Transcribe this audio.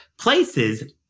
places